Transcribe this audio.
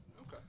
Okay